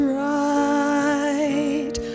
right